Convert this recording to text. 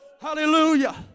Hallelujah